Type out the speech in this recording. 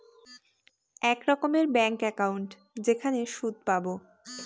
এক রকমের bank account যেখানে সুদ পাবো